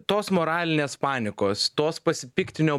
tos moralinės panikos tos pasipiktinio